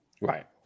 Right